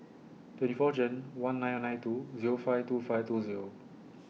twenty four June one nine nine two Zero five two five two Zero